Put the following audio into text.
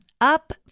Up